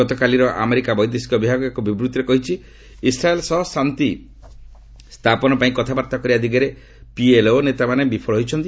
ଗତକାଲି ଆମେରିକା ବୈଦେଶିକ ବିଭାଗ ଏକ ବିବୃଭିରେ କହିଛି ଇସ୍ରାଏଲ୍ ସହ ଶାନ୍ତି ସ୍ଥାପନ ପାଇଁ କଥାବାର୍ତ୍ତା କରିବା ଦିଗରେ ପିଏଲ୍ଓ ନେତାମାନେ ବିଫଳ ହୋଇଛନ୍ତି